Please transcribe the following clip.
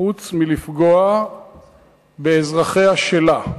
חוץ מלפגוע באזרחיה שלה.